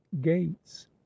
gates